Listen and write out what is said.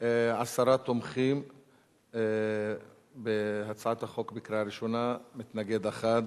עשרה תומכים בהצעת החוק בקריאה ראשונה, מתנגד אחד,